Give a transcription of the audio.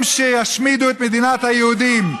הם שישמידו את מדינת היהודים,